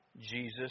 Jesus